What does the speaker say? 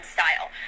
Style